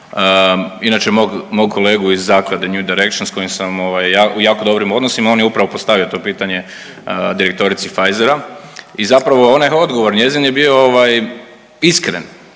inače moga kolegu iz Zaklade New Direction s kojim sam ovaj u jako dobrim odnosima. On je upravo postavio to pitanje direktorici Pfizera i zapravo onaj odgovor njezin je bio ovaj iskren